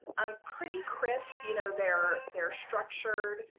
um, pretty crisp you know they're they're structured.